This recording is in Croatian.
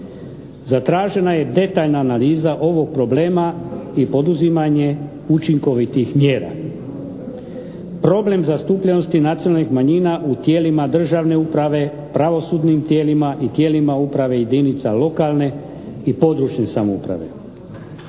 Zatražena je detaljna analiza ovog problema i poduzimanje učinkovitih mjera. Problem zastupljenost nacionalnih manjina u tijela Državne uprave, pravosudnim tijelima i tijelima uprave jedinica lokalne i područne samouprave.